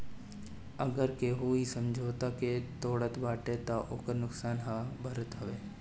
अगर केहू इ समझौता के तोड़त बाटे तअ ओकर नुकसान उहे भरत हवे